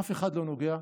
אף אחד לא נוגע,